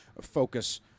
focus